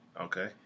Okay